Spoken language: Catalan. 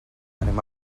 anem